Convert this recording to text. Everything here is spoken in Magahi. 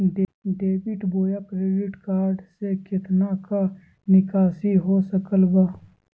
डेबिट बोया क्रेडिट कार्ड से कितना का निकासी हो सकल बा?